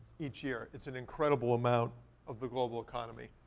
each year. it's an incredible amount of the global economy.